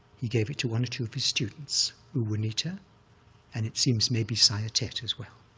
he gave it to one or two of his students, u wunnita and it seems maybe saya thet as well,